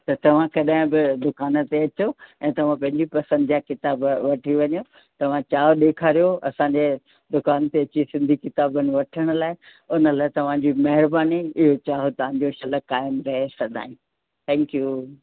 त तव्हां कॾहिं बि दुकान ते अचो ऐं तव्हां पंहिंजी पसंदि जा किताब वठी वञो तव्हां चाहु ॾेखारियो असांजे दुकान ते अची सिंधी किताबनि वठण लाइ उन लाइ तव्हांजी महिरबानी इहो चाहु तव्हां जो शाल क़ाइमु रहे सदाईं थैंक यू